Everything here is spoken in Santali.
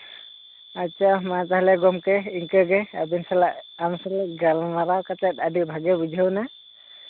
ᱟᱪᱪᱷᱟ ᱢᱟ ᱛᱟᱦᱞᱮ ᱜᱚᱝᱠᱮ ᱤᱱᱠᱟᱹᱜᱮ ᱟᱵᱤᱱ ᱥᱟᱞᱟᱜ ᱟᱢ ᱥᱟᱞᱟᱜ ᱜᱟᱞᱢᱟᱨᱟᱣ ᱠᱟᱛᱮᱜ ᱟᱹᱰᱤ ᱵᱷᱟᱹᱜᱤ ᱵᱩᱡᱷᱟᱹᱣᱮᱱᱟ